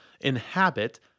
inhabit